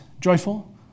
joyful